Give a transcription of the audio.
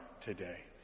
today